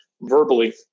verbally